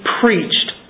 preached